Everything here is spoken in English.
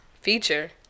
feature